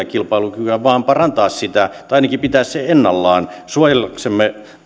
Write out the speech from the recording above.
kilpailukykyä vaan parantaa sitä tai ainakin pitää sen ennallaan suojellakseen